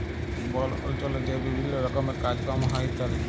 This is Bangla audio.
বল অল্চলে যে বিভিল্ল্য রকমের কাজ কম হ্যয় ইত্যাদি